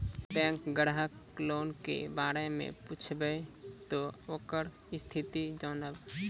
Bank ग्राहक loan के बारे मैं पुछेब ते ओकर स्थिति जॉनब?